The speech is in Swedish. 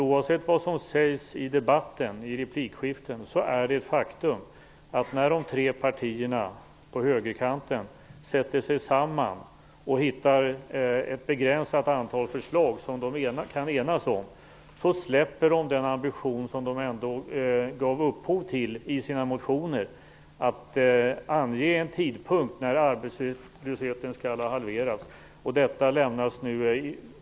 Oavsett vad som sägs i replikskiften här i debatten är det ett faktum att när de tre partierna på högerkanten sätter sig samman och hittar ett begränsat antal förslag som de kan enas om, släpper de den ambition som de givit uttryck för i sina motioner, nämligen om angivande av en tidpunkt för när arbetslösheten skall ha halverats.